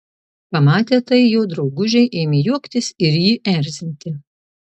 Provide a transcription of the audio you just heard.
pamatę tai jo draugužiai ėmė juoktis ir jį erzinti